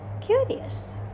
curious